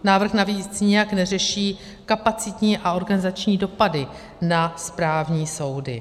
Návrh navíc nijak neřeší kapacitní a organizační dopady na správní soudy.